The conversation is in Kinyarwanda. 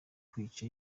kwica